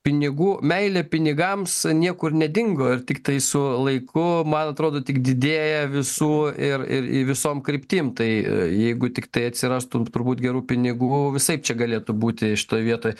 pinigų meilė pinigams niekur nedingo ir tiktai su laiku man atrodo tik didėja visų ir ir į visom kryptim tai jeigu tiktai atsirastų turbūt gerų pinigų visaip čia galėtų būti šitoj vietoj